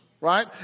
right